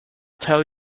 tell